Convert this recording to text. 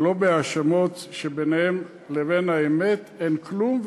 ולא בהאשמות שביניהן לבין האמת אין כלום,